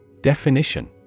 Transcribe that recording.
Definition